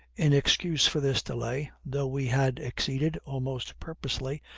in excuse for this delay, though we had exceeded, almost purposely,